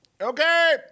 Okay